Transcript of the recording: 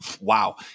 Wow